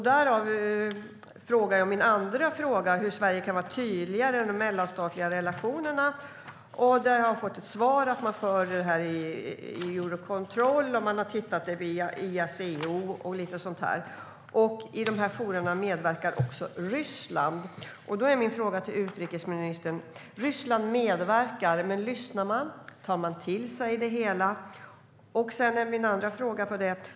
Därför ställer jag min andra fråga: Hur kan Sverige vara tydligare i de mellanstatliga relationerna? Jag har fått ett svar att man för detta i Eurocontrol, att man har tittat på det via ICAO och så vidare. I dessa forum medverkar också Ryssland. Jag har en fråga till utrikesministern. Ryssland medverkar, men lyssnar de? Tar de till sig det hela? Jag har ytterligare en fråga.